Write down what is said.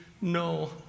no